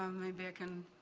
um maybe i can